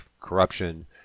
corruption